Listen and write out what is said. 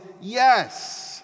yes